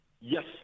Yes